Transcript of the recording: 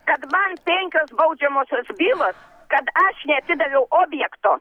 kad man penkios baudžiamosios bylos kad aš neatidaviau objekto